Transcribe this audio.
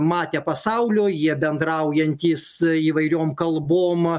matė pasaulio jie bendraujantys įvairiom kalbom